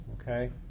okay